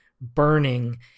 Burning